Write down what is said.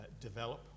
develop